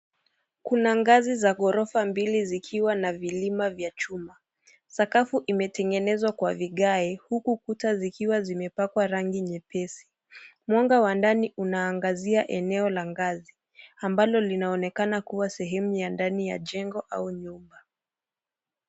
Kuna ngazi za gorofa mbili zikiwa na vilima vya chuma, sakafu imetengenezwa kwa vigae, huku kuta zikiwa zimepakwa rangi nyepesi, mwanga wa ndani unaangazia eneo la ngazi ambalo linaonekana kuwa sehemu ya ndani ya jengo au nyumba.